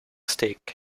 stick